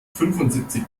fünfundsiebzig